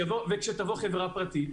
וכשתבוא חברה פרטית?